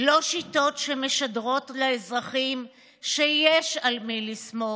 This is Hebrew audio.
לא שיטות שמשדרות לאזרחים שיש על מי לסמוך,